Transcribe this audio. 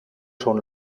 schon